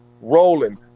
rolling